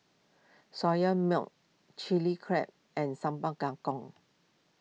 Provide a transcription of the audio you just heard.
Soya Milk Chilli Crab and Sambal Kangkong